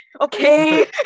okay